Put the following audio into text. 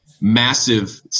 massive